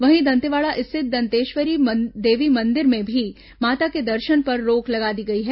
वहीं दंतेवाड़ा स्थित दंतेश्वरी देवी मंदिर में भी माता के दर्शन पर रोक लगा दी गई है